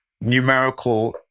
numerical